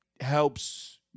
helps